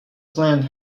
plant